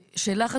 מרחיבה/מוחלטת.